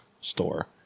store